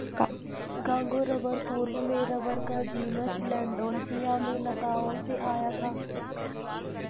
Congo rubber पूर्व में rubber का जीनस लैंडोल्फिया में लताओं से आया था